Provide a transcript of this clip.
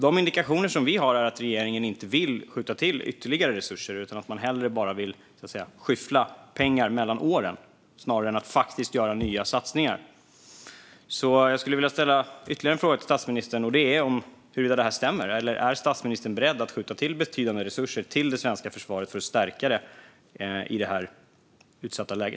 De indikationer som vi har är att regeringen inte vill skjuta till ytterligare resurser utan att man hellre bara vill skyffla pengar mellan åren snarare än att göra nya satsningar. Jag skulle vilja ställa ytterligare en fråga till statsministern om huruvida det här stämmer. Är statsministern beredd att skjuta till betydande resurser till det svenska försvaret för att stärka det i detta utsatta läge?